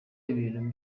ibintu